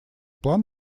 план